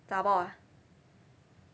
zha bor ah